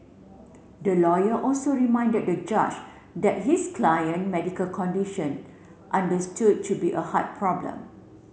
the lawyer also reminded the judge that his client medical condition understood to be a heart problem